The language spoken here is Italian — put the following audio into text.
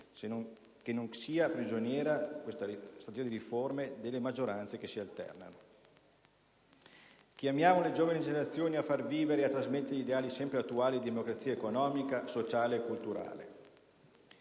che non sia prigioniera delle maggioranze che si alternano. Chiamiamo le giovani generazioni a far vivere e a trasmettere gli ideali sempre attuali di democrazia economica, sociale e culturale.